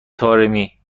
طارمی